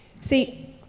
See